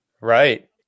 Right